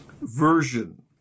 version